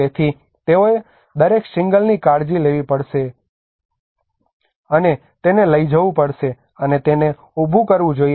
તેથી તેઓએ દરેક શિંગલની કાળજી લેવી પડશે અને તેને લઈ જવું પડશે અને તેને ઉભું કરવું જોઈએ